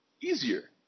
easier